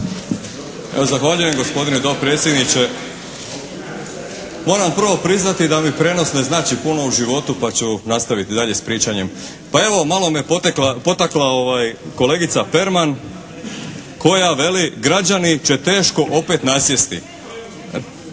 Zahvaljujem gospodine dopredsjedniče. Moram prvo priznati da mi prijenos ne znači puno u životu pa ću nastaviti dalje s pričanjem. Pa evo, malo me potakla kolegica Perman koje veli, građani će teško opet nasjesti.